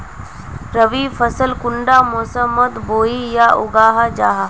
रवि फसल कुंडा मोसमोत बोई या उगाहा जाहा?